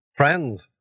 Friends